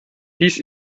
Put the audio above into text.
dies